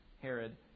Herod